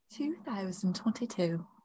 2022